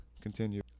continue